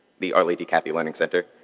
the arley d. cathey learning center.